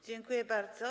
Dziękuję bardzo.